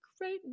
great